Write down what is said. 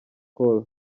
call